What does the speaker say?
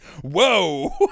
Whoa